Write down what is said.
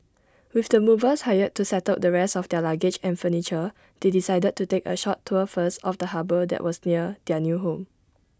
with the movers hired to settle the rest of their luggage and furniture they decided to take A short tour first of the harbour that was near their new home